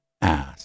ass